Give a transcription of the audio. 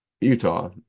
Utah